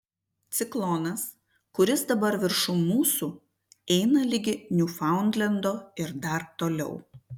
ciklonas kuris dabar viršum mūsų eina ligi niūfaundlendo ir dar toliau